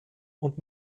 und